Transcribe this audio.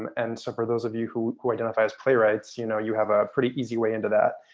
and and so for those of you who who identify as playwrights, you know, you have a pretty easy way into that.